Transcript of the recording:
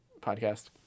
podcast